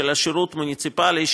של השירות המוניציפלי,